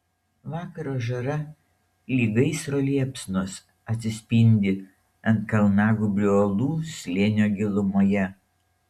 vakaro žara lyg gaisro liepsnos atsispindi ant kalnagūbrio uolų slėnio gilumoje